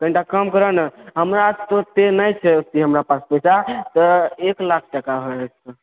तों एकटा काम करऽ ने हमरा तऽ ओतय नहि छै ओतय हमरा पास पैसा तऽ एक लाख टका होइ जइते